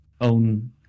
own